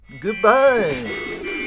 Goodbye